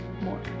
more